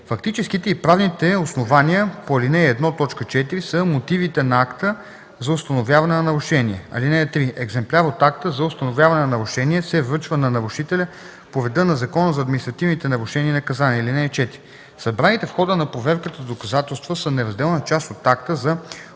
Фактическите и правните основания по ал. 1, т. 4 са мотивите на акта за установяване на нарушение. (3) Екземпляр от акта за установяване на нарушение се връчва на нарушителя по реда на Закона за административните нарушения и наказания. (4) Събраните в хода на проверката доказателства са неразделна част от акта за установяване на нарушението.